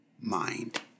mind